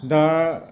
दा